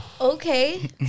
Okay